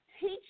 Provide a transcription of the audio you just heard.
teach